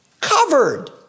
covered